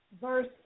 verse